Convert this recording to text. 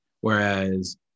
Whereas